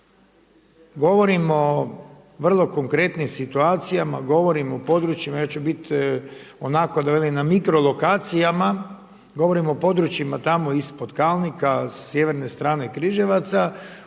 Govorimo o vrlo konkretnim situacijama, govorimo područjima, ja ću biti onako da velim na mikro lokacijama, govorimo o područjima tamo ispod Kalnika, sjeverne strane Križevaca,